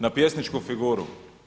na pjesničku figuru.